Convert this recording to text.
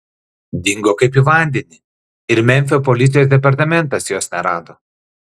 dingo kaip į vandenį ir memfio policijos departamentas jos nerado